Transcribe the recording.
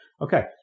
Okay